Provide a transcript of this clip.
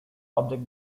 object